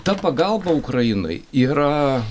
ta pagalba ukrainai yra